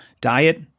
diet